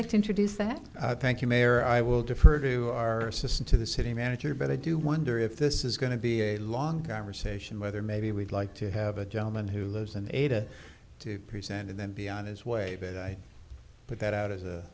like to introduce that i thank you mayor i will defer to our system to the city manager but i do wonder if this is going to be a long conversation whether maybe we'd like to have a gentleman who lives in ada to present and then be on his way but i put that out as a